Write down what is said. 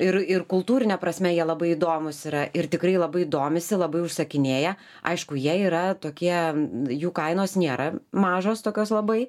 ir ir kultūrine prasme jie labai įdomūs yra ir tikrai labai domisi labai užsakinėja aišku jie yra tokie jų kainos nėra mažos tokios labai